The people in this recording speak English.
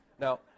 Now